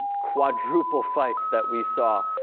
quadruple fights that we saw ah.